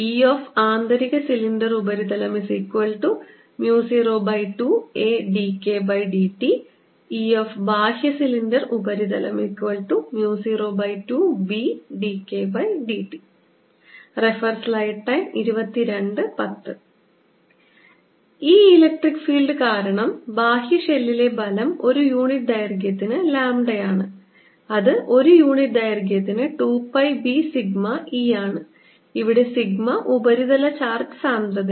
Eആന്തരിക cylinder ഉപരിതലം02adKdt Eബാഹ്യ cylinder ഉപരിതലം02bdKdt ഈ ഇലക്ട്രിക് ഫീൽഡ് കാരണം ബാഹ്യ ഷെല്ലിലെ ബലം ഒരു യൂണിറ്റ് ദൈർഘ്യത്തിന് ലാംഡയാണ് അത് ഒരു യൂണിറ്റ് ദൈർഘ്യത്തിന് 2 പൈ b സിഗ്മ E ആണ് ഇവിടെ സിഗ്മ ഉപരിതല ചാർജ് സാന്ദ്രതയാണ്